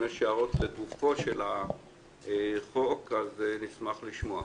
אם יש הערות לגופו של החוק אז נשמח לשמוע.